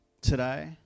Today